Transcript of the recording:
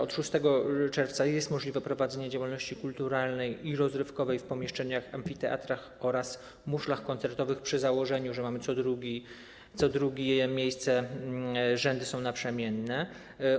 Od 6 czerwca jest możliwe prowadzenie działalności kulturalnej i rozrywkowej w pomieszczeniach, amfiteatrach oraz muszlach koncertowych przy założeniu, że mamy co drugie miejsce, rzędy są naprzemienne.